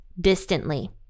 distantly